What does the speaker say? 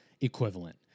equivalent